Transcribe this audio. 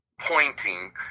pointing